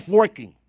working